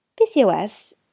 PCOS